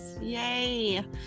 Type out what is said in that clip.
yay